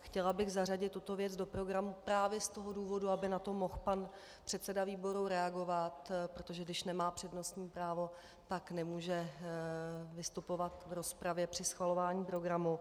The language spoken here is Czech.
Chtěla bych zařadit tuto věc do programu právě z toho důvodu, aby na to mohl pan předseda výboru reagovat, protože když nemá přednostní právo, tak nemůže vystupovat v rozpravě při schvalování programu.